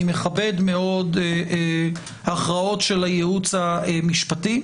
אני מכבד מאוד הכרעות של הייעוץ המשפטי,